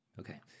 Okay